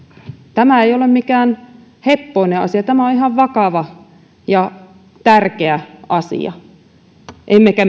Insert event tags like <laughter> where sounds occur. tämä ei ole mikään heppoinen asia tämä on ihan vakava ja tärkeä asia emmekä <unintelligible>